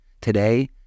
Today